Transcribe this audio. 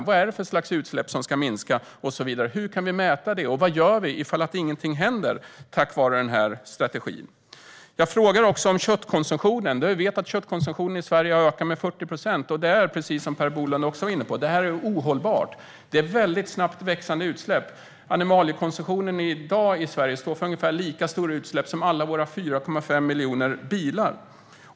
Vad är det för slags utsläpp som ska minska? Hur kan vi mäta det? Och vad gör vi om inget händer tack vare strategin? Jag frågar också om köttkonsumtionen, då jag vet att den har ökat med 40 procent i Sverige. Detta är, som Per Bolund också var inne på, ohållbart. Det är väldigt snabbt ökande utsläpp. I dag står animaliekonsumtionen i Sverige för ungefär lika stora utsläpp som alla våra 4,5 miljoner bilar.